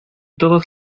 todos